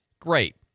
Great